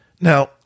Now